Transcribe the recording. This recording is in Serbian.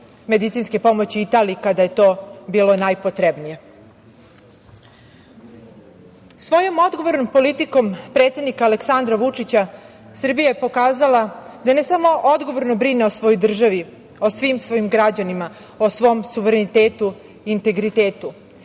medicinske pomoći Italiji kada je to bilo najpotrebnije. Svojom odgovornom politikom predsednika Aleksandra Vučića Srbija je pokazala da ne samo odgovorno brine o svojoj državi, o svim svojim građanima, o svom suverenitetu i integritetu,